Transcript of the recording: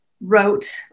wrote